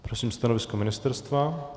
Prosím stanovisko ministerstva?